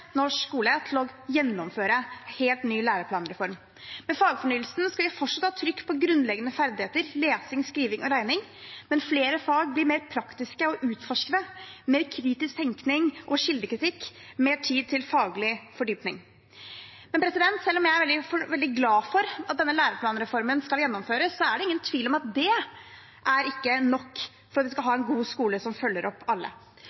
norsk skole til å gjennomføre en helt ny læreplanreform. Med fagfornyelsen skal vi fortsatt ha trykk på grunnleggende ferdigheter: lesing, skriving og regning. Men flere fag blir mer praktiske og utforskende – mer kritisk tenkning og kildekritikk, mer tid til faglig fordypning. Selv om jeg er veldig glad for at denne læreplanreformen skal gjennomføres, er det ingen tvil om at det ikke er nok for at man skal ha en god skole som følger opp alle.